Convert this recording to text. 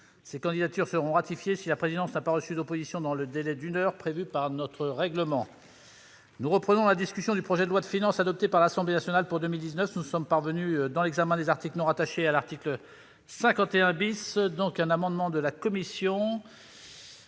Ces candidatures seront ratifiées si la présidence n'a pas reçu d'opposition dans le délai d'une heure prévu par notre règlement. Nous reprenons la discussion du projet de loi de finances pour 2019, adopté par l'Assemblée nationale. Nous sommes parvenus, dans l'examen des articles non rattachés, à l'article 51. L'amendement n°